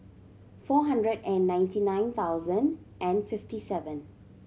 four hundred and ninety nine thousand and fifty seven